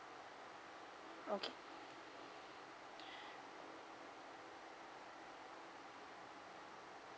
okay